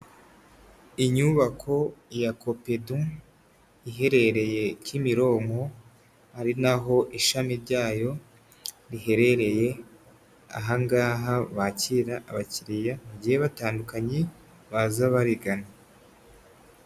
Inyubako ya Kopedu iherereye Kimironko ari naho ishami ryayo riherereye, aha ngaha bakira abakiriya bagiye batandukanye baza barigana.